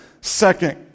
Second